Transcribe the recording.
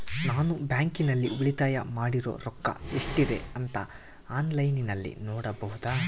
ನಾನು ಬ್ಯಾಂಕಿನಲ್ಲಿ ಉಳಿತಾಯ ಮಾಡಿರೋ ರೊಕ್ಕ ಎಷ್ಟಿದೆ ಅಂತಾ ಆನ್ಲೈನಿನಲ್ಲಿ ನೋಡಬಹುದಾ?